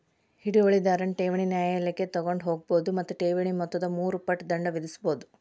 ಹಿಡುವಳಿದಾರನ್ ಠೇವಣಿನ ನ್ಯಾಯಾಲಯಕ್ಕ ತಗೊಂಡ್ ಹೋಗ್ಬೋದು ಮತ್ತ ಠೇವಣಿ ಮೊತ್ತದ ಮೂರು ಪಟ್ ದಂಡ ವಿಧಿಸ್ಬಹುದು